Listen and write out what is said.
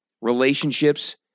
relationships